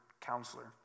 counselor